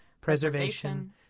preservation